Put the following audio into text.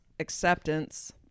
acceptance